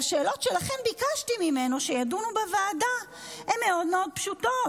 והשאלות שלכן ביקשתי ממנו שיידונו בוועדה הן מאוד מאוד פשוטות: